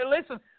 listen